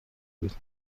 بود